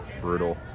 Brutal